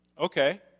Okay